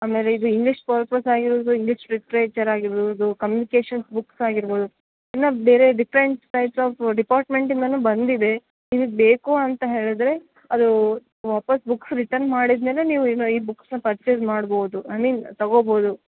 ಆಮೇಲೆ ಇದು ಇಂಗ್ಲಿಷ್ ಆಗಿರೋದು ಇಂಗ್ಲಿಷ್ ಲಿಟ್ರೇಚರ್ ಆಗಿರ್ಬೌದು ಕಮ್ಯೂನ್ಕೇಶನ್ ಬುಕ್ಸ್ ಆಗಿರ್ಬೌದು ಇನ್ನೂ ಬೇರೆ ಡಿಫ್ರೆಂಟ್ ಟೈಪ್ಸ್ ಆಫ್ ಡಿಪಾರ್ಟ್ಮೆಂಟಿಂದಾನು ಬಂದಿದೆ ನಿಮಗ್ ಬೇಕು ಅಂತ ಹೇಳಿದರೆ ಅದು ವಾಪಸ್ ಬುಕ್ಸ್ ರಿಟನ್ ಮಾಡಿದ ಮೇಲೆ ನೀವು ಈ ಬುಕ್ಸನ್ನ ಪರ್ಚೆಸ್ ಮಾಡ್ಬೌದು ಐ ಮೀನ್ ತಗೋಬೋದು